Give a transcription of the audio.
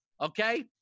Okay